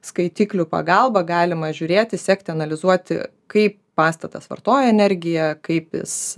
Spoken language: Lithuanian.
skaitiklių pagalba galima žiūrėti sekti analizuoti kaip pastatas vartoja energiją kaip jis